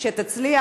שתצליח.